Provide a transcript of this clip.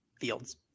Fields